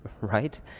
right